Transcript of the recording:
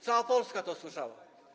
Cała Polska to słyszała.